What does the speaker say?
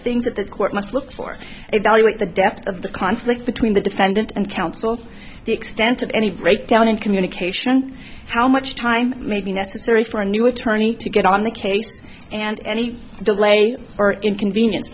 things that the court must look for evaluate the depth of the conflict between the defendant and counsel the extent of any breakdown in communication how much time making necessary for a new attorney to get on the case and any delay or inconvenience